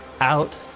out